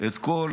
את כל